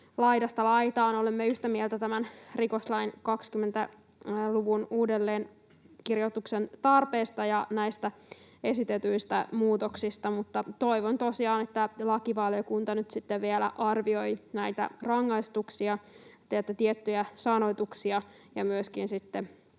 laidasta laitaan olemme yhtä mieltä rikoslain 20 luvun uudelleenkirjoituksen tarpeesta ja näistä esitetyistä muutoksista, mutta toivon tosiaan, että lakivaliokunta nyt sitten vielä arvioi näitä rangaistuksia, näitä tiettyjä sanoituksia ja myöskin sitten